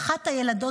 ילדים